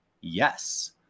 Yes